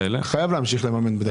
צריך לבדוק.